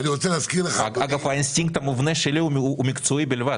אגב האינסטינקט המובנה שלי הוא מקצועי בלבד.